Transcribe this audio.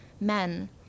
men